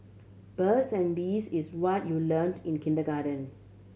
birds and bees is what you learnt in kindergarten